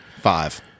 five